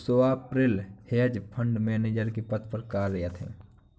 Swapnil hedge fund manager के पद पर कार्यरत है